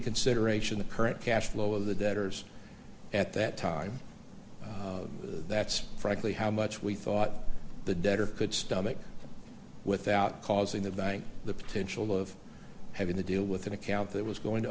consideration the current cash flow of the debtors at that time that's frankly how much we thought the debtor could stomach without causing the bank the potential of having to deal with an account that was going to